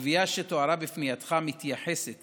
הגבייה שתוארה בפנייתך מתייחסת